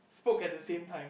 spoke at the same time